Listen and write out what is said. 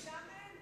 כי שם אין.